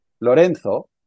Lorenzo